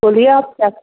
बोलिए आप क्या